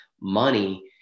money